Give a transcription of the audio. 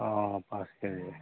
অঁ পাঁচ কেজি